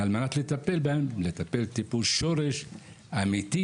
כדי לטפל בהם, לטפל טיפול שורש אמיתי,